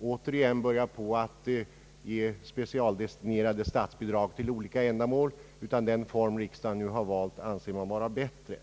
återgå till att ge specialdestinerade statsbidrag för olika ändamål. Förbunden anser därför att den form av bidragsgivning som riksdagen har valt är bättre.